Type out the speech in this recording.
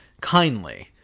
kindly